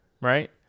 Right